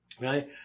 right